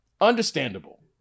understandable